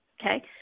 Okay